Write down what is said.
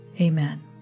Amen